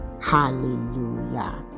Hallelujah